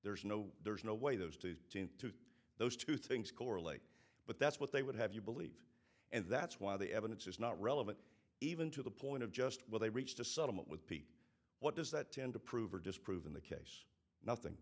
there's no there's no way those to those two things correlate but that's what they would have you believe and that's why the evidence is not relevant even to the point of just when they reached a settlement with peak what does that tend to prove or disprove in the case nothing